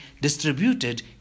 distributed